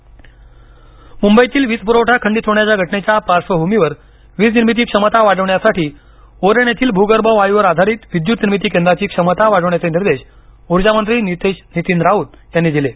वीज मुंबईतील वीज पुरवठा खंडित होण्याच्या घटनेच्या पार्श्वभूमीवर वीज निर्मिती क्षमता वाढविण्यासाठी उरण येथील भूगर्भ वायूवर आधारित विद्युत निर्मिती केंद्राची क्षमता वाढविण्याचे निर्देश ऊर्जा मंत्री नितीन राऊत यांनी दिले आहेत